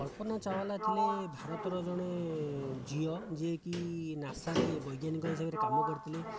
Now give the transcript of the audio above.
କଳ୍ପନା ଚାୱଲା ଥିଲେ ଭାରତର ଜଣେ ଝିଅ ଯିଏକି ନାସାରେ ବୈଜ୍ଞାନିକ ହିସାବରେ କାମ କରିଥିଲେ